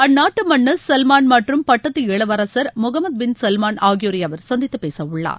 அந்நாட்டு மன்னர் சல்மான் மற்றும் பட்டத்து இளவரசர் முகமது பின் சல்மான் ஆகியோரை அவர் சந்தித்துப் பேச உள்ளார்